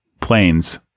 planes